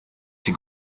die